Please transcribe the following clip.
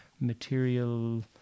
material